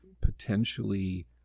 potentially